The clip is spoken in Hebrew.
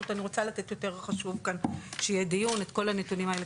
פשוט אני רוצה לתת יותר חשוב לדיון את כל הנתונים האלה,